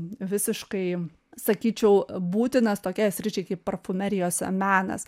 visiškai sakyčiau būtinas tokiai sričiai kaip parfumerijos menas